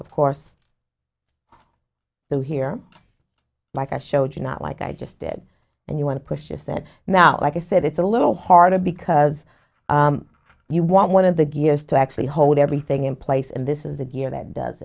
of course though here like i showed you not like i just did and you want to push just said now like i said it's a little harder because you want one of the gears to actually hold everything in place and this is the year that does